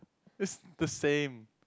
is the same